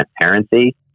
transparency